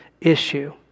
issue